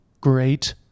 great